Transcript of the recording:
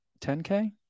10K